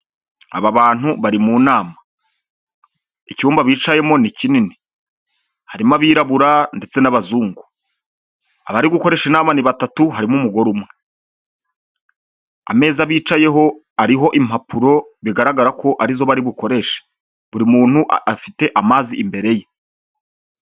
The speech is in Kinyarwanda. Aba bantu bari mu nama, icyumba bicayemo ni kinini, harimo abirabura ndetse n'abazungu, abari gukoresha inama ni batatu harimo umugore umwe ameza bicayeho ariho impapuro bigaragara ko ari zo bukoreshe, buri muntu afite amazi imbere ye.